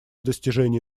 достижение